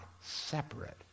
separate